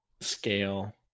scale